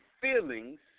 feelings